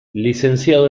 licenciado